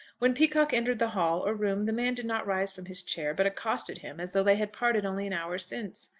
when peacocke entered the hall or room the man did not rise from his chair, but accosted him as though they had parted only an hour since.